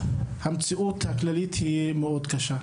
המציאות הכללית היא מאוד קשה.